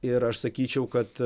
ir aš sakyčiau kad